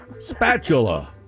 Spatula